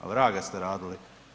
Ma vraga ste radili.